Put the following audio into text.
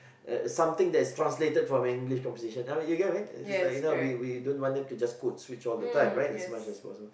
uh something that is translated from English composition I mean you get what I mean we we don't want them to just code switch all the time right as much as possible